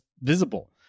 visible